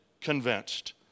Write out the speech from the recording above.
convinced